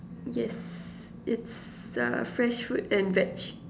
yes it's uh fresh fruit and veg